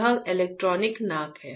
यह इलेक्ट्रॉनिक नाक है